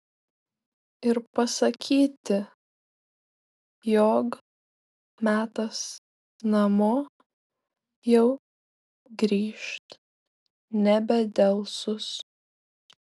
ir pasakyti jog metas namo jau grįžt nebedelsus